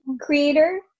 creator